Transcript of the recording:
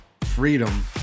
freedom